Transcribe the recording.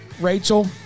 Rachel